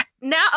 now